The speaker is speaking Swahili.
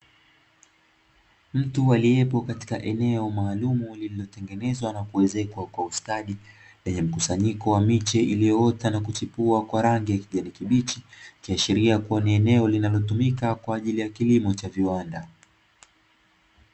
Mtu aliyepo katika eneo maalum lililotengenezwa na kuezekwa kwa ustadi lenye mkusanyiko wa miche iliyoota na kuchipua kwa rangi ya kijani kibichi, ikiashiria kuwa ni eneo linalotumika kwa ajili ya kilimo cha viwanda.